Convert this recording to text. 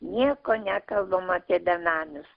nieko nekalbama apie benamius